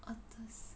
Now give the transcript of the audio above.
otter si~